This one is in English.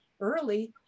early